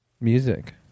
music